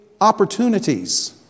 opportunities